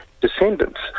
descendants